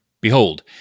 Behold